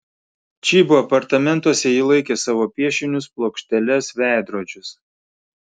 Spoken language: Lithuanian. čybo apartamentuose ji laikė savo piešinius plokšteles veidrodžius